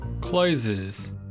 Closes